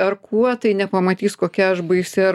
ar kuo tai nepamatys kokia aš baisi ar